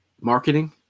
marketing